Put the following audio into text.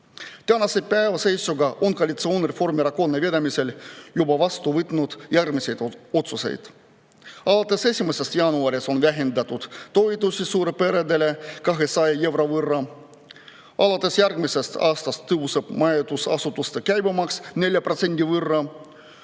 Tänase päeva seisuga on koalitsioon Reformierakonna vedamisel juba vastu võtnud järgmised otsused. Alates 1. jaanuarist on vähendatud suurperede toetust 200 euro võrra. Alates järgmisest aastast tõuseb majutusasutuste käibemaks 4% võrra.